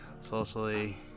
socially